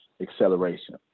acceleration